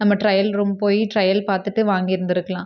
நம்ம trial room போய் trial பார்த்துட்டு வாங்கியிருந்துருக்கலாம்